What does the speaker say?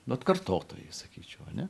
nu atkartotojai sakyčiau ane